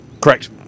Correct